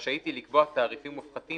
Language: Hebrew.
ורשאית היא לקבוע תעריפים מופחתים,